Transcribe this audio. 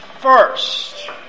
first